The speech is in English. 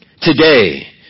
Today